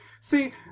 See